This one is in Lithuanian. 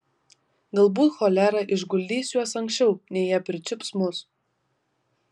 galbūt cholera išguldys juos anksčiau nei jie pričiups mus